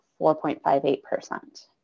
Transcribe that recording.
4.58%